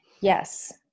Yes